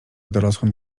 dorosłym